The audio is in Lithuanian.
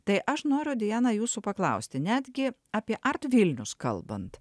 tai aš noriu diana jūsų paklausti netgi apie art vilnius kalbant